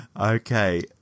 Okay